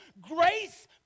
grace